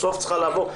בסוף צריכה לעבור.